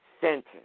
sentence